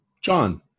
John